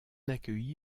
accueilli